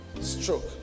Stroke